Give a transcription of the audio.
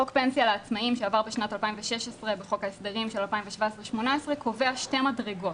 בחוק ההסדרים של שנת 2018-2017 קובע שתי מדרגות,